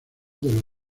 del